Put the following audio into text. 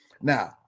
Now